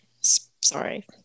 Sorry